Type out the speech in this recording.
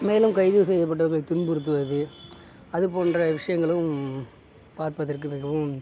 மேலும் கைது செய்யப்பட்டோர்களை துன்புறுத்துவது அது போன்ற விஷயங்களும் பார்ப்பதற்கு மிகவும்